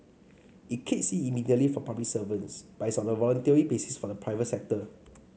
it kicks in immediately for public servants but is on a voluntary basis for the private sector